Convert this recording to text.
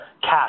cash